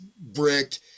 Bricked